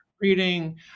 reading